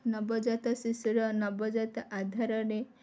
ନବଜାତ ଶିଶୁର ନବଜାତ ଆଧାରରେ